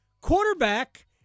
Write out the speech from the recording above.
Quarterback